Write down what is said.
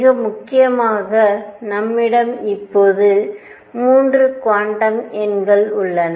மிக முக்கியமாக நம்மிடம் இப்போது 3 குவாண்டம் எண்கள் உள்ளன